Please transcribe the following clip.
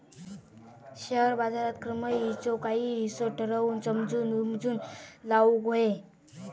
share बाजारात कमाईचो काही हिस्सो ठरवून समजून उमजून लाऊक व्हये